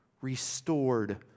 restored